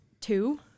two